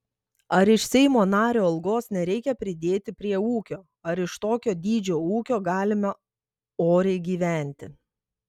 ar iš seimo nario algos nereikia pridėti prie ūkio ar iš tokio dydžio ūkio galima oriai gyventi